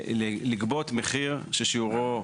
החובה השלישית היא שילוט,